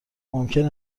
ممکن